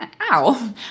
ow